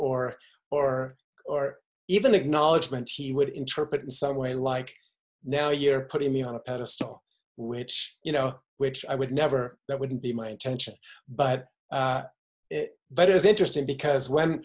or or or even acknowledgment he would interpret in some way like now a year putting me on a pedestal which you know which i would never that wouldn't be my intention but it but it is interesting because when